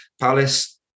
Palace